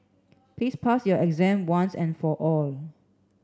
please pass your exam once and for all